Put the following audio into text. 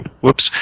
whoops